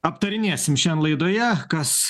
aptarinėsime šian laidoje kas